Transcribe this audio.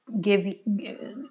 give